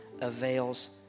avails